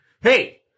Hey